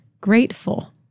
grateful